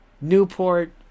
Newport